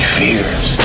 fears